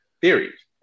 theories